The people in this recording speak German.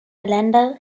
gelände